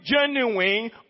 genuine